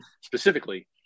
specifically